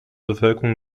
bevölkerung